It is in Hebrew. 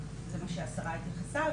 זה מה שהשרה התייחסה,